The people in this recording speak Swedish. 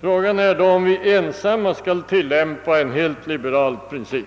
Frågan är då om vi ensamma skall tilllämpa en helt liberal princip.